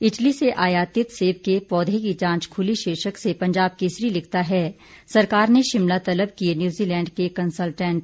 Italy से आयातित सेब के पौधे की जांच ख्ली शीर्षक से पंजाब केसरी लिखता है सरकार ने शिमला तबल किए न्यूजीलैंड के कंसल्टैंट